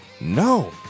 No